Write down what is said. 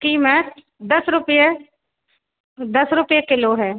कीमत दस रुपये दस रुपये किलो है